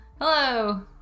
Hello